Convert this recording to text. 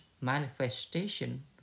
manifestation